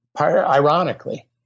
Ironically